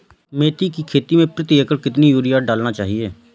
मेथी के खेती में प्रति एकड़ कितनी यूरिया डालना चाहिए?